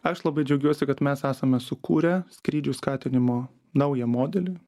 aš labai džiaugiuosi kad mes esame sukūrę skrydžių skatinimo naują modelį